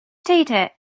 data